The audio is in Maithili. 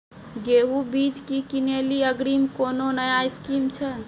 गेहूँ बीज की किनैली अग्रिम कोनो नया स्कीम छ?